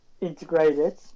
integrated